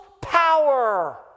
power